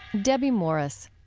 debbie morris.